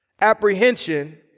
apprehension